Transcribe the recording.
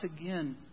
again